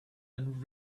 and